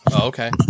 Okay